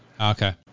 okay